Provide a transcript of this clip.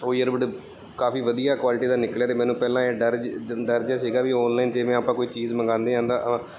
ਉਹ ਈਅਰਬਡ ਕਾਫੀ ਵਧੀਆ ਕੁਆਲਿਟੀ ਦਾ ਨਿਕਲਿਆ ਅਤੇ ਮੈਨੂੰ ਪਹਿਲਾਂ ਇਹ ਡਰ ਜਿਹਾ ਡਰ ਜਿਹਾ ਸੀਗਾ ਵੀ ਆਨਲਾਈਨ ਜਿਵੇਂ ਆਪਾਂ ਕੋਈ ਚੀਜ਼ ਮੰਗਾਉਂਦੇ ਹਾਂ ਤਾਂ